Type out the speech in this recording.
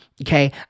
Okay